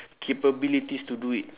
capabilities to do it